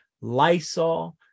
Lysol